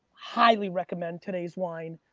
highly recommend today's wine.